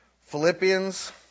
Philippians